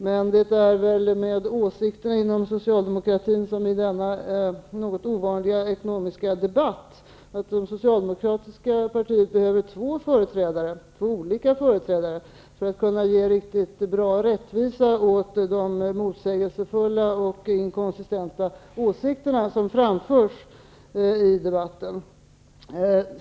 Men det är väl med åsikter inom socialdemokratin som med denna något ovanliga ekonomiska debatt, nämligen att det socialdemokratiska partiet behöver två olika företrädare för att kunna ge riktigt bra rättvisa åt de motsägelsefulla och inkonsistenta åsikter som framförs i debatten.